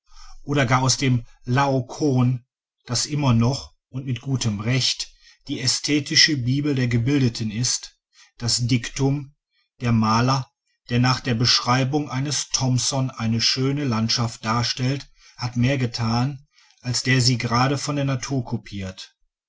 oder gar aus dem laokoon der immer noch und mit gutem recht die ästhetische bibel der gebildeten ist das diktum der maler der nach der beschreibung eines thomson eine schöne landschaft darstellt hat mehr getan als der sie gerade von der natur kopiert